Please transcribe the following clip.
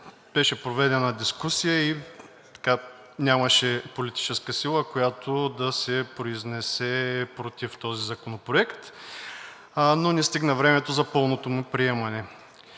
Беше проведена дискусия и нямаше политическа сила, която да се произнесе против този законопроект, но не стигна времето за пълното му приемане.